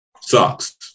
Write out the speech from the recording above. Sucks